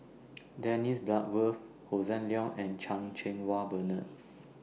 Dennis Bloodworth Hossan Leong and Chan Cheng Wah Bernard